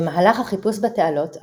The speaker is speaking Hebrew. במהלך החיפוש בתעלות,